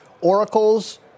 Oracle's